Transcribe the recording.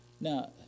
now